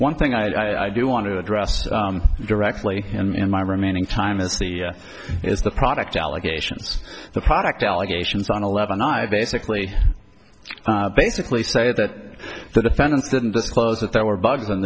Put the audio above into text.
one thing i do want to address directly in my remaining time is the is the product allegations the product allegations on eleven i basically basically say that the defendants didn't disclose that there were bugs